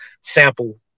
sample